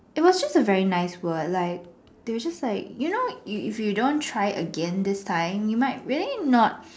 it was just a very nice word like they were just like you know if if you don't try again this time you might really not